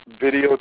video